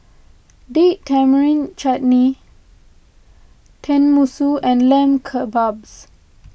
Date Tamarind Chutney Tenmusu and Lamb Kebabs